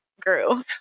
grew